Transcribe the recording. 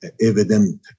evident